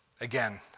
Again